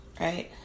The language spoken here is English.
right